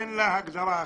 אין לזה הגדרה אחרת.